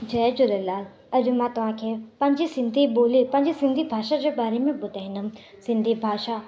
जय झूलेलाल अॼु मां तव्हांखे पंहिंजी सिंधी ॿोलीअ पंहिंजी सिंधी भाषा जे बारे में ॿुधाईंदमि सिंधी भाषा